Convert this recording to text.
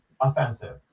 offensive